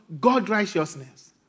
God-righteousness